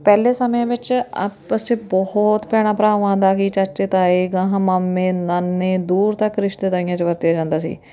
ਪਹਿਲੇ ਸਮਿਆਂ ਵਿੱਚ ਆਪਸ 'ਚ ਬਹੁਤ ਭੈਣਾਂ ਭਰਾਵਾਂ ਦਾ ਕੀ ਚਾਚੇ ਤਾਏ ਗਾਹਾਂ ਮਾਮੇ ਨਾਨੇ ਦੂਰ ਤੱਕ ਰਿਸ਼ਤੇਦਾਰੀਆਂ 'ਚ ਵਰਤਿਆ ਜਾਂਦਾ ਸੀ